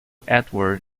edward